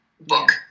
book